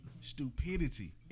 stupidity